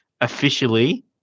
officially